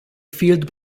field